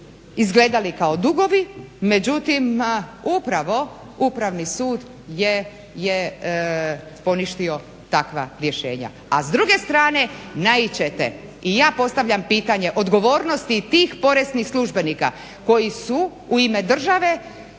izgledali kao dugovi međutim upravo Upravni sud je poništio takva rješenja a s druge strane naići ćete i ja postavljam pitanje odgovornosti tih poreznih službenika koji su u ime države